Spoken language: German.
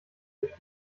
durch